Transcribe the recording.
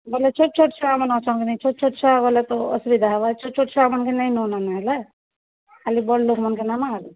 ବୋଲେ ଛୋଟ୍ ଛୋଟ୍ ଛୁଆମାନେ ଅଛନ୍ ଛୋଟ୍ ଛୋଟ୍ ଛୁଆ ଗଲେ ତ ଅସୁବିଧା ହେବା ଛୋଟ୍ଛୋଟ୍ ଛୁଆମାନ୍କେ ନାଇଁ ନମା ନହେଲେ ଖାଲି ବଡ଼୍ ଲୋକମାନ୍କୁ ନେମା ଆରୁ